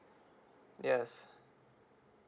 yes